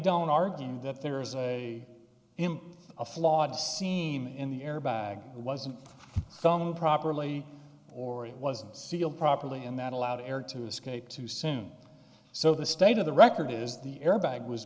don't argue that there is a imp a flawed seam in the airbag wasn't done properly or it wasn't sealed properly and that allowed air to escape too soon so the state of the record is the airbag was